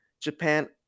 Japan